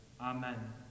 amen